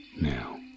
now